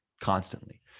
constantly